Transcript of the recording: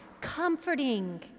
comforting